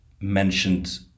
mentioned